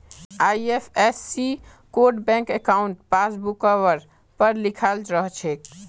IFSC code bank अंकाउट पासबुकवर पर लिखाल रह छेक